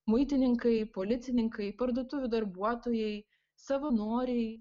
muitininkai policininkai parduotuvių darbuotojai savanoriai